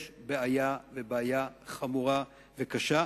יש בעיה ובעיה חמורה וקשה,